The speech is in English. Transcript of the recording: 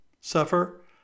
suffer